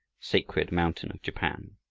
sacred mountain of japan!